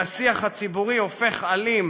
והשיח הציבורי הופך אלים,